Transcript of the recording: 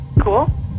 Cool